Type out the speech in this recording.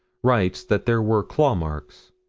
writes that there were claw-marks.